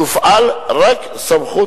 תופעל רק סמכות